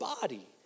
body